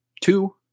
Two